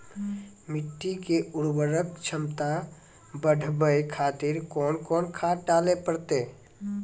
मिट्टी के उर्वरक छमता बढबय खातिर कोंन कोंन खाद डाले परतै?